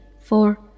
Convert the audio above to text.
four